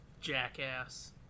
jackass